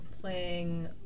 playing